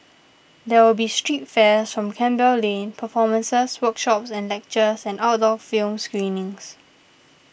there will be street fairs on Campbell Lane performances workshops and lectures and outdoor film screenings